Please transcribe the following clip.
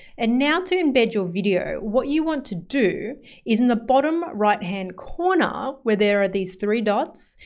and now to embed your video, what you want to do is in the bottom right-hand corner where there are these three dots,